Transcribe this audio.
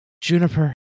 Juniper